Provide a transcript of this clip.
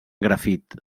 grafit